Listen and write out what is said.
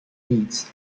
reeds